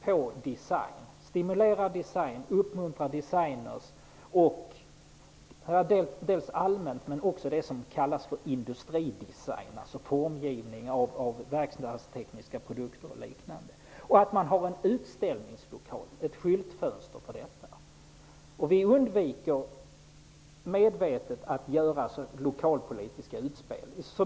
Man måste stimulera design och uppmuntra designers -- dels allmänt, men också vad gäller det som kallas industridesign, dvs. formgivning av verkstadstekniska produkter och liknande. Det måste finnas en utställningslokal -- ett skyltfönster -- för detta. Vi undviker medvetet så långt det är möjligt att göra lokalpolitiska utspel.